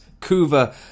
Kuva